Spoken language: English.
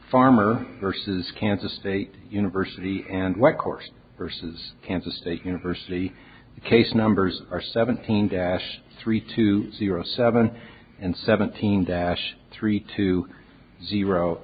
farmer versus kansas state university and what course vs kansas state university case numbers are seventeen dash three two zero seven and seventeen dash three two zero